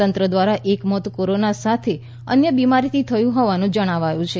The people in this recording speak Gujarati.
તંત્ર દ્રારા એક મોત કોરોના સાથે અન્ય બીમારીથી થયું હોવાનું જણાવાયું છે